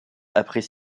après